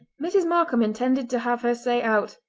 mrs. markam intended to have her say out.